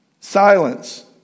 silence